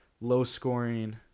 low-scoring